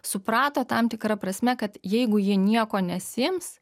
suprato tam tikra prasme kad jeigu jie nieko nesiims